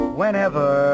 whenever